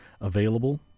available